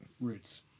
Roots